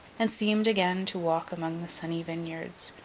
and seemed again to walk among the sunny vineyards,